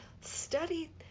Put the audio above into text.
Study